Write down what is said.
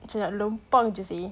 macam nak lempang je seh